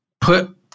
put